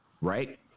right